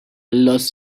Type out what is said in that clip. لاس